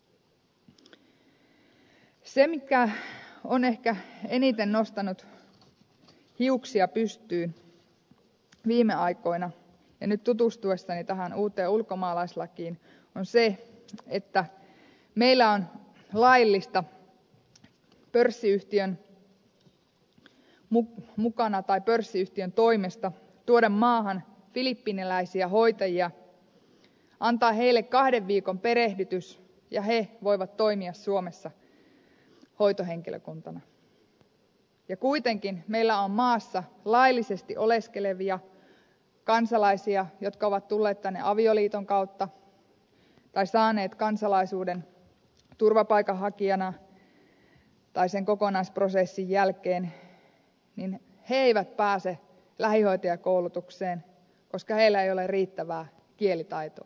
se mikä on ehkä eniten nostanut hiuksiani pystyyn viime aikoina ja nyt tutustuessani tähän uuteen ulkomaalaislakiin on se että meillä on laillista pörssiyhtiön mukana tai pörssiyhtiön toimesta tuoda maahan filippiiniläisiä hoitajia antaa heille kahden viikon perehdytys jonka jälkeen he voivat toimia suomessa hoitohenkilökuntana ja kuitenkin vaikka meillä on maassa laillisesti oleskelevia kansalaisia jotka ovat tulleet tänne avioliiton kautta tai saaneet kansalaisuuden turvapaikanhakijana tai sen kokonaisprosessin jälkeen niin he eivät pääse lähihoitajakoulutukseen koska heillä ei ole riittävää kielitaitoa